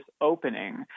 opening